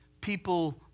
people